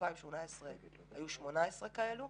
ב-2018 היו 18 כאלו,